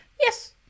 Yes